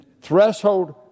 threshold